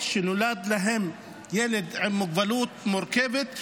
שנולד להן ילד עם מוגבלות מורכבת,